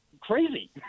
crazy